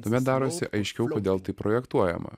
tuomet darosi aiškiau kodėl taip projektuojama